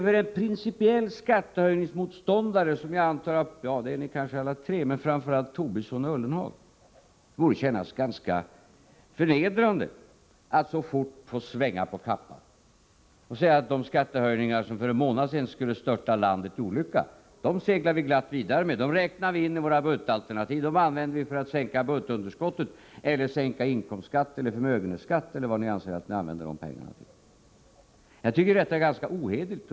För principiella skattemotståndare— det är ni kanske alla tre, men framför allt Lars Tobisson och Jörgen Ullenhag — borde det kännas ganska förnedrande att så fort få lov att svänga på kappan och säga att de skattehöjningar som för en månad sedan skulle störta landet i olycka kan man nu glatt segla vidare med. Dessa skattehöjningar räknas in i budgetalternativet och används för att minska budgetunderskottet eller sänka inkomstskatten eller förmögenhetsskatten — eller vad ni vill använda pengarna till. Skall jag vara uppriktig tycker jag att detta är ganska ohederligt.